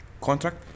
contract